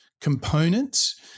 components